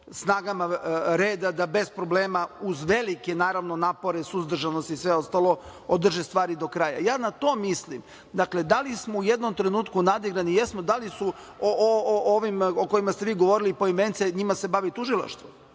snagama reda da bez problema uz velike napore, suzdržanost i sve ostalo održe stvari do kraja. Ja na to mislim. Dakle, da li smo u jednom trenutku nadigrani – jesmo. Da li su ovi o kojima ste vi govorili poimence, njima se bavi tužilaštvo.